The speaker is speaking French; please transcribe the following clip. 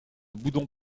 boudons